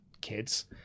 kids